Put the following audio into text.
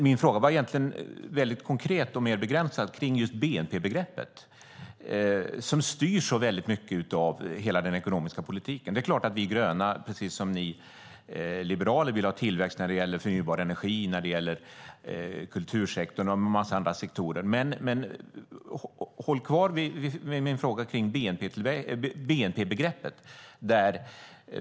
Min fråga var väldigt konkret och begränsad till bnp-begreppet som styr så mycket av den ekonomiska politiken. Vi gröna vill naturligtvis, precis som ni liberaler, ha tillväxt när det gäller förnybar energi, kultursektorn och en massa andra sektorer. Håll kvar vid min fråga om bnp-begreppet.